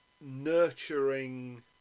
nurturing